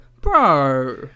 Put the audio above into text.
bro